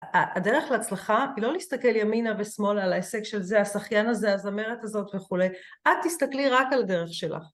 הדרך להצלחה היא לא להסתכל ימינה ושמאלה על העסק של זה, השחיין הזה, הזמרת הזאת וכולי, את תסתכלי רק על דרך שלך.